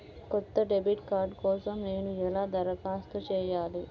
కొత్త debit card కోసం నేను ఎలా దరఖాస్తు చేయాలి?